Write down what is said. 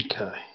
Okay